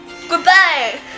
Goodbye